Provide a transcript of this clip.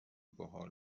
باحال